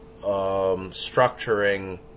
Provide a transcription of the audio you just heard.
structuring